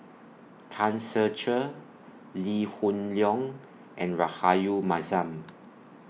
Tan Ser Cher Lee Hoon Leong and Rahayu Mahzam